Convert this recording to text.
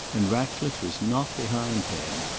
and ratcliffe was not behindhand.